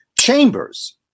chambers